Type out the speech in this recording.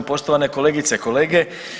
Poštovane kolegice i kolege.